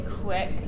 quick